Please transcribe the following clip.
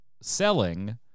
selling